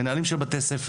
מנהלים של בתי-ספר,